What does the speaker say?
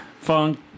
Funk